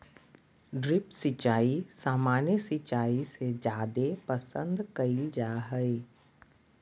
drip सिंचाई सामान्य सिंचाई से जादे पसंद कईल जा हई